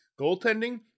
Goaltending